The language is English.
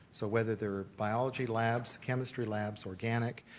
so whether they're biology labs, chemistry labs, organic,